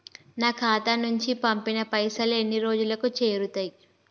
నా ఖాతా నుంచి పంపిన పైసలు ఎన్ని రోజులకు చేరుతయ్?